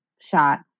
shot